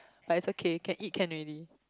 but it's okay can eat can already